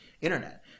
internet